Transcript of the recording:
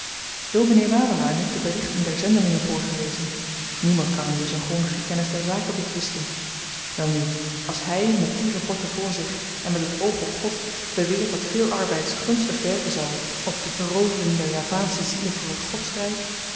dominee wawelaar heeft de berichten der zendelingen voorgelezen niemand kan hem dus een grondige kennis der zaken betwisten welnu als hy met die rapporten voor zich en met het oog op god beweert dat veel arbeids gunstig werken zal op de verovering der javaansche zielen voor het godsryk